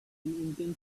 intensity